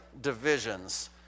divisions